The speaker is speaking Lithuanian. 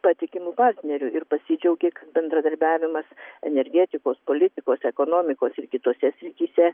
patikimu partneriu ir pasidžiaugė kad bendradarbiavimas energetikos politikos ekonomikos ir kitose srityse